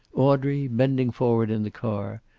audrey, bending forward in the car,